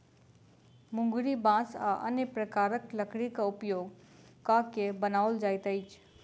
मुंगरी बाँस आ अन्य प्रकारक लकड़ीक उपयोग क के बनाओल जाइत अछि